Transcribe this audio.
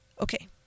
Okay